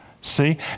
See